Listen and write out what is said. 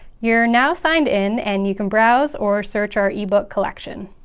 you're now signed in and you can browse or search our ebook collection.